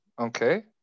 Okay